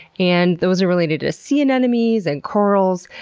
and those are related to sea and anemones and corals.